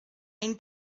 ein